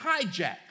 hijack